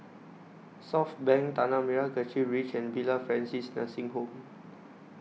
Southbank Tanah Merah Kechil Ridge and Villa Francis Nursing Home